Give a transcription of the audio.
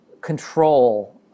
control